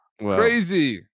Crazy